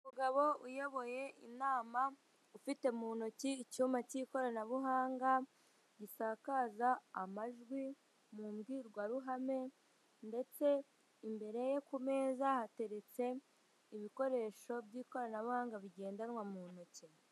Umugabo uyoboye inama, ufite mu ntoki icyuma cy'ikoranabuhanga gisakaza amajwi mu mbwirwaruhame ndetse imbere ye ku meza hatereretse ibikoresho by'ikoranabuhanga bigendanwa mu ntoki.